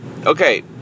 Okay